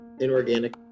inorganic